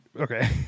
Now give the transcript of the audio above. Okay